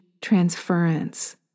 transference